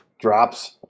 drops